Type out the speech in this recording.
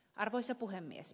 arvoisa puhemies